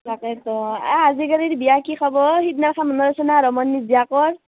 তাকেটো আজিকালিৰ বিয়া কি খাব সেইদিনাখন মনত আছে না ৰমনীৰ জীয়েকৰ